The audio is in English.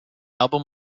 album